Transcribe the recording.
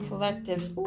Collectives